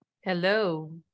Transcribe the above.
Hello